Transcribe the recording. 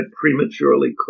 prematurely